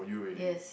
yes